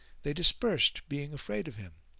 they dispersed being afraid of him,